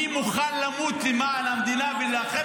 אני מוכן למות למען המדינה ולהילחם